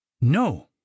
no